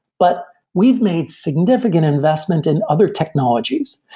but we've made significant investment in other technologies.